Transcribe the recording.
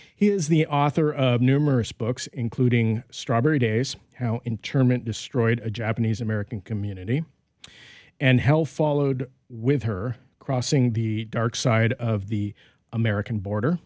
he is the author of numerous books including strawberry days how in term and destroyed a japanese american community and health followed with her crossing the dark side of the american border